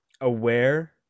aware